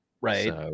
Right